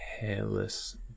hairless